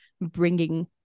bringing